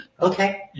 Okay